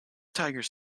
tigers